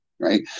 Right